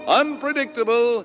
unpredictable